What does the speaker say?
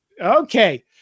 Okay